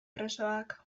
presoak